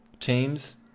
teams